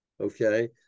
okay